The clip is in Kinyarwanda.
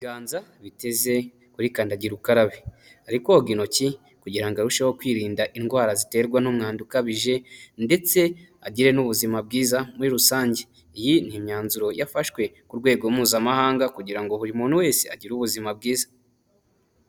Ibiganza biteze kuri kandagira ukarabe ari koga intoki kugira ngo arusheho kwirinda indwara ziterwa n'umwanda ukabije ndetse agire n'ubuzima bwiza muri rusange, iyi ni imyanzuro yafashwe ku rwego mpuzamahanga kugira ngo buri muntu wese agire ubuzima bwiza.